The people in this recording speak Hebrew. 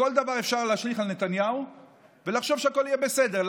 כל דבר אפשר להשליך על נתניהו ולחשוב שהכול יהיה בסדר.